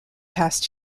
past